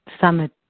summit